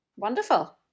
Wonderful